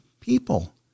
people